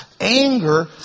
anger